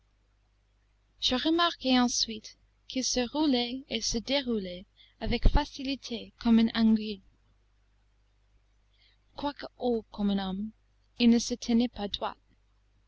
je remarquai ensuite qu'il se roulait et se déroulait avec facilité comme une anguille quoique haut comme un homme il ne se tenait pas droit